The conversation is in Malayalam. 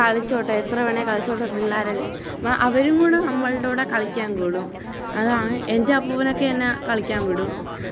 കളിച്ചോട്ടെ എത്രവേണെ കളിച്ചോട്ടെ പിള്ളേരല്ലെ അവരും കൂടി നമ്മളുടെ കൂടെ കളിയ്ക്കാൻ കൂടും അതാണ് എന്റെ അപ്പുപ്പനൊക്കെ എന്നെ കളിക്കാൻ വിടും